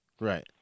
Right